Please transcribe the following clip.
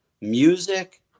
music